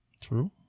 True